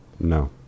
No